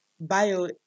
bio